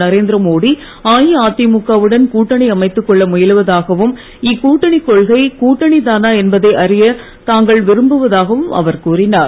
நரேந்திரமோடி அஇஅதிமுக வுடன் கூட்டணி அமைத்து கொள்ள முயலுவதாகவும் இக்கூட்டணி கொள்கை கூட்டணி தானா என்பதை அறிய தாங்கள் விரும்புவதாகவும் அவர் கூறினார்